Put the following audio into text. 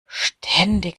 ständig